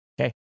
Okay